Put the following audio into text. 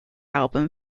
album